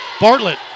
Bartlett